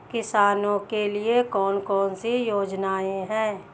किसानों के लिए कौन कौन सी योजनाएं हैं?